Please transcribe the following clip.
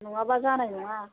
नङाबा जानाय नङा